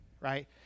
right